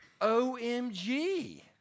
OMG